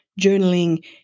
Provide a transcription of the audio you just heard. journaling